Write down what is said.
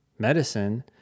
medicine